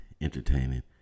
entertaining